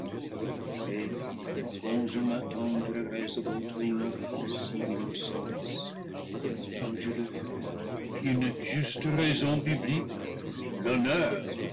el quand je m'attendri rais à votre inoffensive innocence comme je le fais une juste raison publique l'honneur